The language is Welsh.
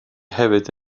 hefyd